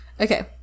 Okay